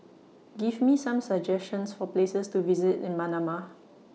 Give Me Some suggestions For Places to visit in Manama